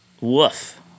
Woof